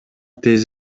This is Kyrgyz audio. тез